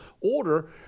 order